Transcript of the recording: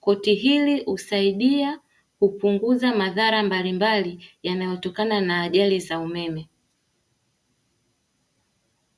Koti hili linasaidia kupunguza madhara mbalimbali yanayotokana na ajali za umeme.